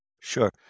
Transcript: Sure